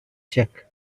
check